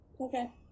Okay